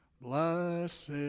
blessed